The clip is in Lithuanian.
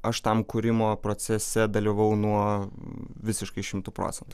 aš tam kūrimo procese dalyvavau nuo visiškai šimtu procentų